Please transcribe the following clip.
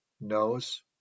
knows